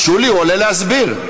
שולי, הוא עולה להסביר.